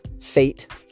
fate